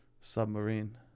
submarine